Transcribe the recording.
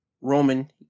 Roman